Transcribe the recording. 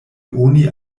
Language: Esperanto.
oni